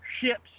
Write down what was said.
ships